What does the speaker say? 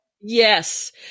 Yes